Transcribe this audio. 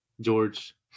George